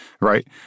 right